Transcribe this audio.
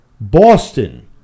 Boston